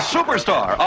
Superstar